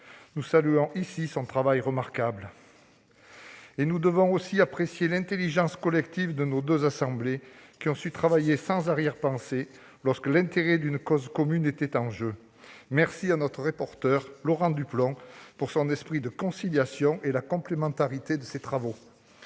Nous saluons ici son travail remarquable. Nous devons aussi apprécier l'intelligence collective de nos deux assemblées, qui ont su travailler sans arrière-pensée lorsque l'intérêt d'une cause commune était en jeu. Je remercie notre rapporteur, Laurent Duplomb, de son esprit de conciliation et je salue la complémentarité de ses travaux.